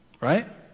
right